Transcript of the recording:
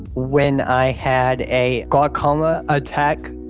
when i had a glaucoma attack.